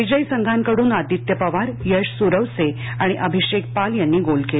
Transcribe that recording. विजयी संघांकड्न आदीत्य पवार यळ सुरवसे आणि अभिषेक पाल यांनी गोल केले